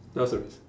that was a rec~